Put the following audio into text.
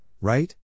right